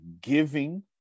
giving